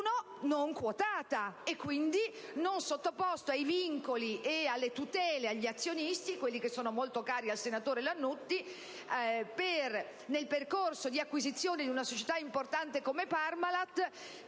non sottoposta ai vincoli, alle tutele e agli azionisti - quelli, che sono molto cari al senatore Lannutti - nel percorso di acquisizione di una società importante come Parmalat,